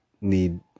need